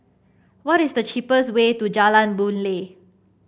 what is the cheapest way to Jalan Boon Lay